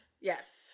yes